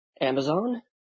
Amazon